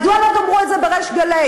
מדוע לא תאמרו את זה בריש גלי?